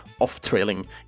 off-trailing